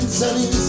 sunny